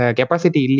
capacity